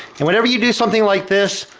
and whenever you do something like this,